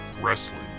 Wrestling